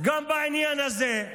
גם בעניין הזה.